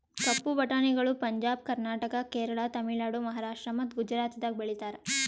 ಕಪ್ಪು ಬಟಾಣಿಗಳು ಪಂಜಾಬ್, ಕರ್ನಾಟಕ, ಕೇರಳ, ತಮಿಳುನಾಡು, ಮಹಾರಾಷ್ಟ್ರ ಮತ್ತ ಗುಜರಾತದಾಗ್ ಬೆಳೀತಾರ